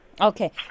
Okay